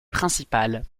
principales